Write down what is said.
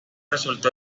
resultó